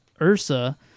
ursa